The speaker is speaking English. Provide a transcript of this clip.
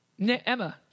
Emma